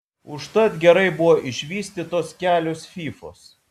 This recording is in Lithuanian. užtat gerai buvo išvystytos kelios fyfos